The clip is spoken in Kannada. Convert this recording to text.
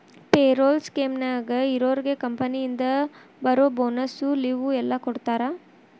ಪೆರೋಲ್ ಸ್ಕೇಮ್ನ್ಯಾಗ ಇರೋರ್ಗೆ ಕಂಪನಿಯಿಂದ ಬರೋ ಬೋನಸ್ಸು ಲಿವ್ವು ಎಲ್ಲಾ ಕೊಡ್ತಾರಾ